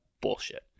bullshit